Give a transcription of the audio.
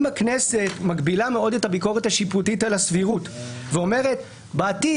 אם הכנסת מגבילה מאוד את הביקורת השיפוטית על הסבירות ואומרת בעתיד,